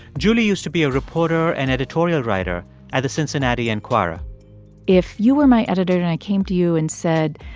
julie used to be a reporter and editorial writer at the cincinnati enquirer if you were my editor and i came to you and said,